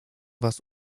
was